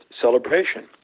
celebration